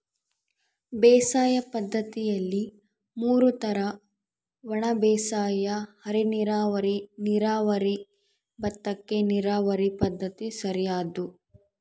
ಬೇಸಾಯ ಪದ್ದತಿಯಲ್ಲಿ ಮೂರು ತರ ಒಣಬೇಸಾಯ ಅರೆನೀರಾವರಿ ನೀರಾವರಿ ಭತ್ತಕ್ಕ ನೀರಾವರಿ ಪದ್ಧತಿ ಸರಿಯಾದ್ದು